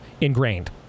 ingrained